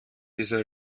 dieser